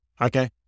Okay